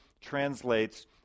translates